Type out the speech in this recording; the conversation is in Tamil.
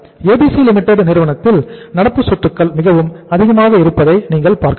ABC Limited நிறுவனத்தில் நடப்பு சொத்துக்கள் மிகவும் அதிகமாக இருப்பதை காணலாம்